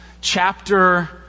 chapter